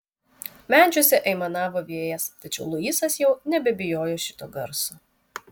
medžiuose aimanavo vėjas tačiau luisas jau nebebijojo šito garso